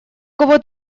кого